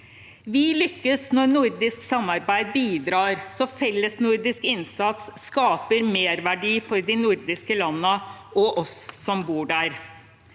Vi lykkes når nordisk samarbeid bidrar, så fellesnordisk innsats skaper merverdi for de nordiske landene og oss som bor her.